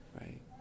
Right